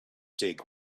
dig